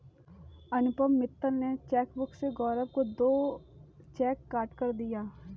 अनुपम मित्तल ने नए चेकबुक से गौरव को दो चेक काटकर दिया